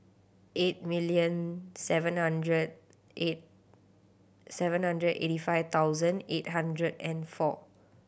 eight million seven hundred eight seven hundred eighty five thousand eight hundred and four